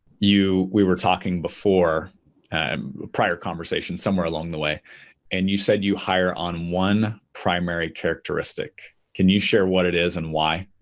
we were talking before prior conversation somewhere along the way and you said you hire on one primary characteristic. can you share what it is and why?